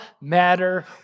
matter